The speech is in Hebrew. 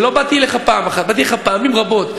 ולא באתי אליך פעם אחת, באתי אליך פעמים רבות.